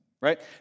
right